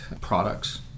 products